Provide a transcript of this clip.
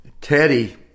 Teddy